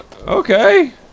Okay